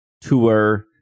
tour